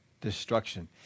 destruction